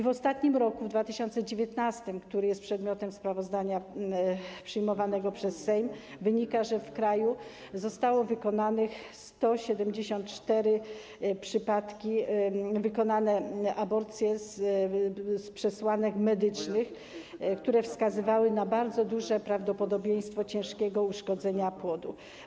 W ostatnim roku, w 2019 r., który jest przedmiotem sprawozdania przyjmowanego przez Sejm, wynika, że w kraju zostały wykonane 174 przypadki aborcji z przesłanek medycznych, które wskazywały na bardzo duże prawdopodobieństwo ciężkiego uszkodzenia płodu.